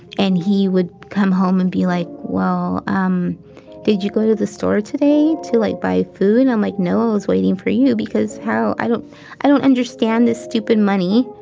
and he would come home and be like well, um did you go to the store today to like buy food? i'm like, no, i was waiting for you because i don't i don't understand this stupid money,